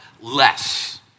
less